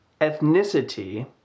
ethnicity